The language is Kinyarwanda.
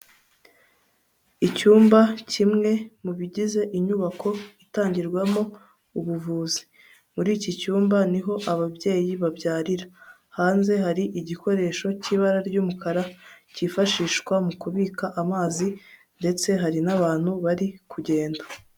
Icyumba kimwe mu bigize inyubako itangirwamo ubuvuzi, muri iki cyumba niho ababyeyi babyarira, hanze hari igikoresho cy'ibara ry'umukara cyifashishwa mu kubika amazi ndetse hari n'abantu bari kugenda.